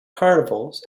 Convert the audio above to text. carnivals